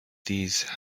these